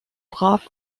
brav